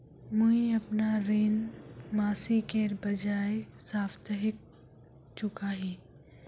मुईअपना ऋण मासिकेर बजाय साप्ताहिक चुका ही